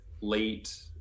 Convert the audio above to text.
late